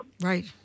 Right